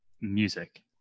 music